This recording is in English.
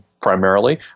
primarily